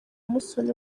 musoni